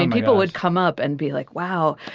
and people would come up and be like, wow,